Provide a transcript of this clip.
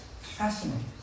fascinating